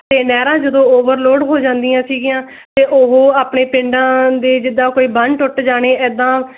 ਅਤੇ ਨਹਿਰਾਂ ਜਦੋਂ ਓਵਰਲੋਡ ਹੋ ਜਾਂਦੀਆਂ ਸੀਗੀਆਂ ਤਾਂ ਉਹ ਆਪਣੇ ਪਿੰਡਾਂ ਦੇ ਜਿੱਦਾਂ ਕੋਈ ਬੰਨ੍ਹ ਟੁੱਟ ਜਾਣੇ ਇੱਦਾਂ